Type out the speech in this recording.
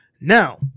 now